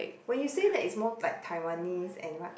when you say that is more like Taiwanese and what